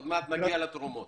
עוד מעט נגיע לתרומות.